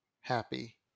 happy